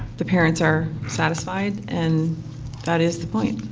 the parents are satisfied? and that is the point.